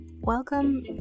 Welcome